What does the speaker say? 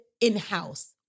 in-house